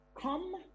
Come